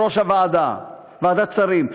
בראש ועדת שרים?